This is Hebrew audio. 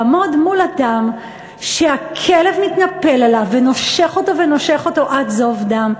לעמוד מול אדם שהכלב מתנפל עליו ונושך אותו ונושך אותו עד זוב דם.